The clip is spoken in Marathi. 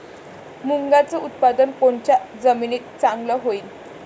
मुंगाचं उत्पादन कोनच्या जमीनीत चांगलं होईन?